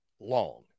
long